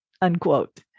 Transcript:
unquote